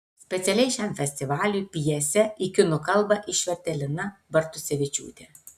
specialiai šiam festivaliui pjesę į kinų kalbą išvertė lina bartusevičiūtė